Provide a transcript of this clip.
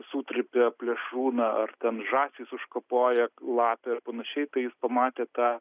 sutrypia plėšrūną ar ten žąsys užkapoja lapę ir panašiai tai jis pamatė tą